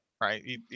right